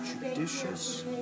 judicious